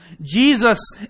Jesus